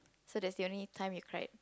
so that's the only time you cried